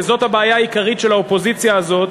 וזאת הבעיה העיקרית של האופוזיציה הזאת,